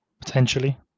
Potentially